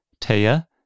Taya